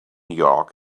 york